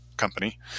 Company